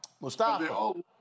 Mustafa